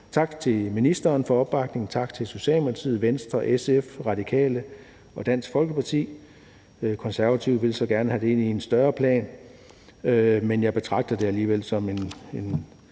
tak til ministeren for opbakningen, tak til Socialdemokratiet, Venstre, SF, De Radikale og Dansk Folkeparti. De Konservative ville gerne have det ind i en større plan, men jeg betragter det alligevel som en